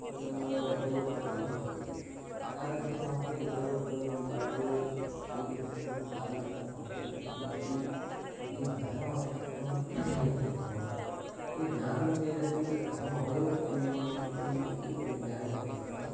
तत्र उपयोक्तव्यं भवति तादृशं साफ़्ट्वेर् उपयोक्तव्यं चेत् कीदृशं किं तादृशं साफ़्ट्वेर् किम् अस्ति इति ज्ञानमपेक्षितम् इति प्रथमम् इति ज्ञातं चेदपि तत् कथम् उपयोक्तव्यम् इति अपि परिज्ञानम् अपेक्षितं